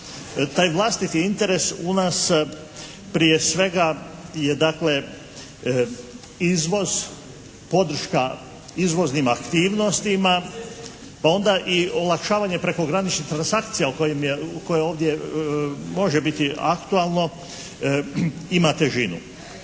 Taj vlastiti interes u nas prije svega je dakle izvoz, podrška izvoznim aktivnostima pa onda i olakšavanje prekograničnih transakcija koje ovdje može biti aktualno, ima težinu.